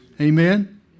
Amen